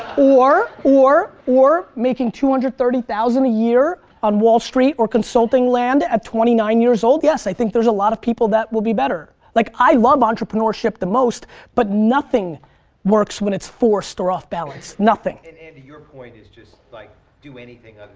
or, or or making two hundred and thirty thousand a year on wall street or consulting land at twenty nine years old. yes, i think there's a lot of people that would be better. like, i love entrepreneurship the most but nothing works when it's forced or off-balance. nothing. and andy your point is just like do